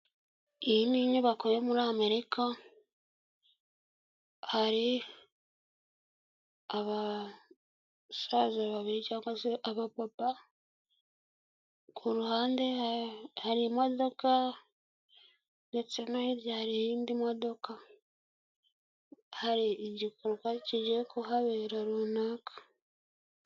Iyi ni inyubako yo muri Amerika hari abasaza babiri cyangwa abababa kuruhande hari imodoka ndetse no hirya har indi modoka hari igikorwa kigiye kuhabera runaka.